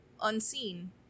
unseen